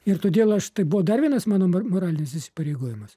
ir todėl aš tai buvo dar vienas mano moralinis įsipareigojimas